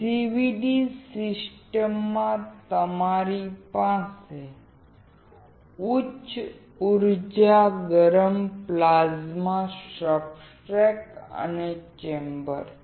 CVD સિસ્ટમમાં તમારી પાસે ઉચ્ચ ઉર્જા ગરમ પ્લાઝ્મા સબસ્ટ્રેટ અને ચેમ્બર છે